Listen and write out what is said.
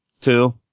two